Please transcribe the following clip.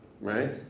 Right